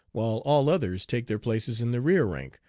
while all others take their places in the rear rank,